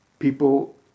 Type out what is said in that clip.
People